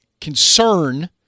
concern